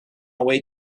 away